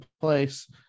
place